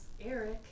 Eric